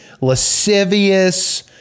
lascivious